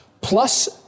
plus